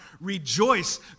rejoice